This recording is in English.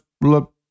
look